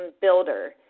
builder